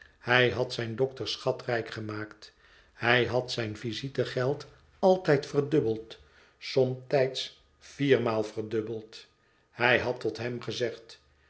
hij had zijn dokter schatrijk gemaakt hij had zijn visitegeld altijd verdubbeld somtijds viermaal verdubbeld hij had tot hem gezegd